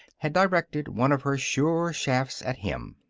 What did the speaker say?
had directed one of her sure shafts at him.